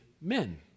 men